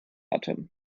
atem